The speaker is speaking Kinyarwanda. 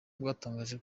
bwatangaje